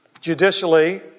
Judicially